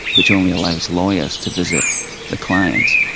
which only allows lawyers to visit the clients.